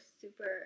super